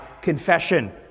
confession